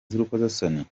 z’urukozasoni